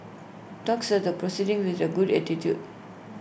talks are the proceeding with A good attitude